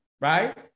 Right